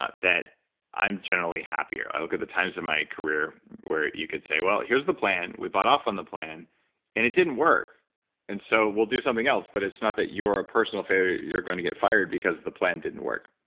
ah that i'm generally happier. i look at the times in my career where you could say, well, here's the plan. we bought off on the plan and it didn't work and so we'll do something else, but it's not that your personal failure going to get fired because the plan didn't work